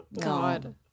God